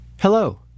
Hello